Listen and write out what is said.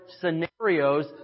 scenarios